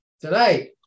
tonight